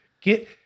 get